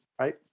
right